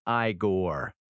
Igor